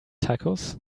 tacos